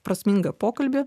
prasmingą pokalbį